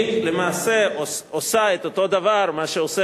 היא למעשה עושה את אותו דבר מה שעושה